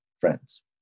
friends